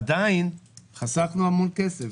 עדיין חסכנו המון כסף.